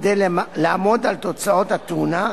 כדי לעמוד על תוצאות התאונה,